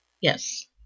Yes